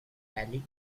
alley